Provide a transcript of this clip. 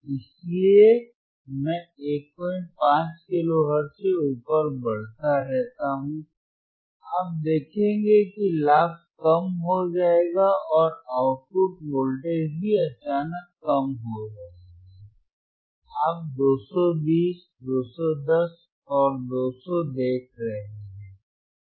इसलिए मैं 15 kilohertz से ऊपर बढ़ता रहता हूं आप देखेंगे कि लाभ कम हो जाएगा और आउटपुट वोल्टेज भी अचानक कम हो जाएगा आप 220 210 और 200 देख रहे हैं